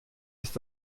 ist